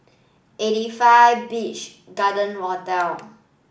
Eighty five Beach Garden Hotel